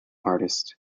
artist